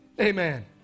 Amen